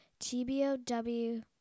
TBOW